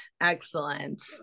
excellent